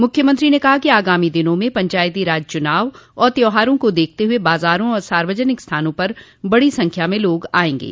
मुख्यमंत्री ने कहा कि आगामी दिनों में पंचायती राज चुनाव और त्यौहारों को देखते हुए बाजारों और सार्वजनिक स्थानों पर बड़ी संख्या में लोग आयेंगे